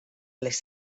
les